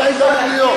מתי זה אמור להיות?